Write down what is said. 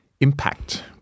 impact